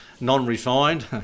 non-refined